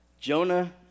Jonah